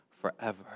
forever